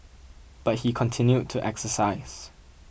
but he continued to exercise